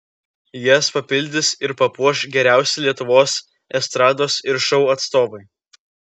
jas papildys ir papuoš geriausi lietuvos estrados ir šou atstovai